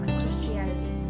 Christianity